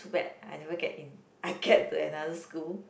too bad I never get in I get to another school